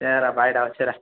சரிடா பாய்டா வச்சுறேன்